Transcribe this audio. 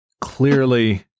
clearly